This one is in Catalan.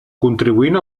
contribuint